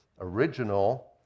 original